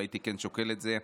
והייתי כן שוקל את זה,